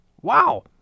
wow